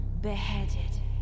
beheaded